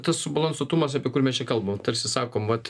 tas subalansuotumas apie kurį mes čia kalbam tarsi sakom vat